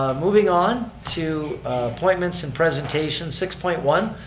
moving on to appointments and presentations six point one,